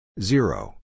zero